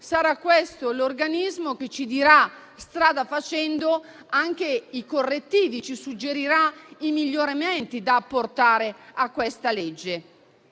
sarà questo l'organismo che, strada facendo, ci dirà i correttivi e ci suggerirà i miglioramenti da apportare alla legge.